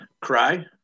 Cry